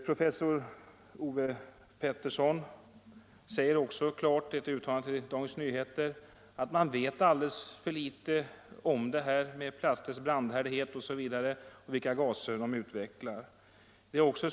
Professor Ove Pettersson säger klart i ett uttalande för Dagens Nyheter, att man vet alldeles för litet om plasters brandhärdighet, om vilka gaser de utvecklar osv.